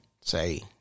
say